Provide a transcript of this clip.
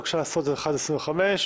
בקשה ל-1.25,